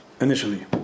initially